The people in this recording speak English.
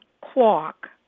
Quark